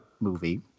movie